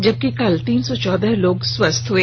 जबकि कल तीन सौ चौदह लोग स्वस्थ हए